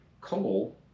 coal